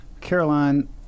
Caroline